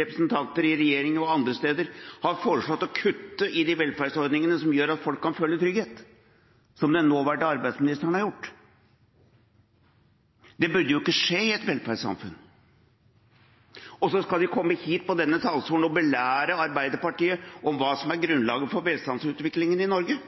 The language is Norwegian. representanter i regjering eller andre steder ikke har foreslått å kutte i de velferdsordningene som gjør at folk kan føle trygghet – som den nåværende arbeidsministeren har gjort. Det burde jo ikke skje i et velferdssamfunn. Og så skal de komme hit på denne talerstolen og belære Arbeiderpartiet om hva som er grunnlaget for velstandsutviklingen i Norge.